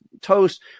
toast